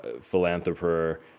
philanthropist